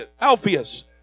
Alpheus